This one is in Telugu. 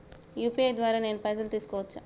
యూ.పీ.ఐ ద్వారా నేను పైసలు తీసుకోవచ్చా?